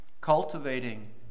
cultivating